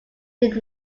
did